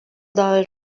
dair